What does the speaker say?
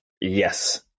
Yes